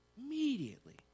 immediately